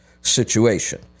situation